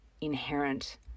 inherent